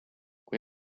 kui